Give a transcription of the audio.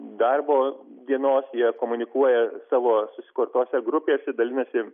darbo dienos jie komunikuoja savo susikurtose grupėse dalinasi